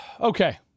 Okay